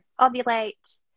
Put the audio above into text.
ovulate